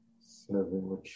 seven